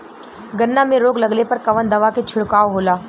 गन्ना में रोग लगले पर कवन दवा के छिड़काव होला?